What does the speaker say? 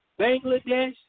Bangladesh